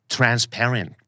transparent